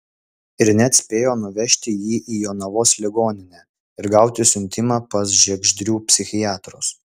ir net spėjo nuvežti jį į jonavos ligoninę ir gauti siuntimą pas žiegždrių psichiatrus